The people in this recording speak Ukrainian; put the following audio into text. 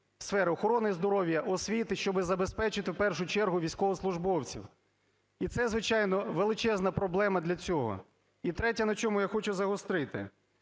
сфер охорони здоров'я, освіти, щоб забезпечити в першу чергу військовослужбовців. І це, звичайно, величезна проблема для цього. І третє, на чому я хочу загострити.